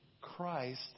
Christ